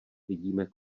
vidíme